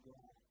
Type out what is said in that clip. God